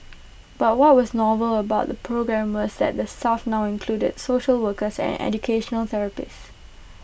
but what was novel about the programme was that the staff now included social workers and educational therapists